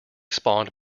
spawned